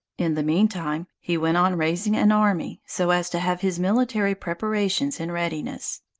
in the mean time, he went on raising an army, so as to have his military preparations in readiness.